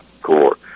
Core